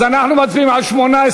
אז אנחנו מצביעים על 18,